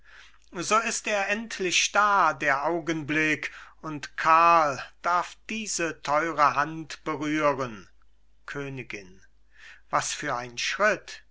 so ist er endlich da der augenblick und karl darf diese teure hand berühren königin was für ein schritt